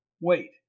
Wait